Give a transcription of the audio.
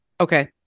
Okay